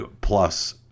plus